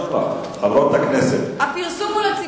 חברת הכנסת יחימוביץ, הפרסום הוא לציבור.